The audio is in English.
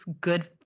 good